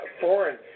foreign